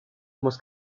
muss